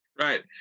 Right